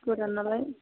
गोदान नालाय